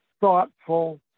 thoughtful